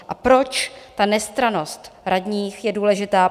A proč ta nestrannost radních je důležitá?